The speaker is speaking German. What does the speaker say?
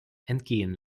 entgehen